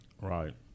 Right